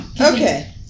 Okay